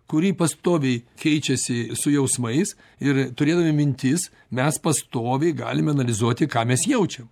kuri pastoviai keičiasi su jausmais ir turėdami mintis mes pastoviai galim analizuoti ką mes jaučiam